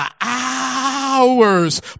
hours